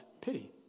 pity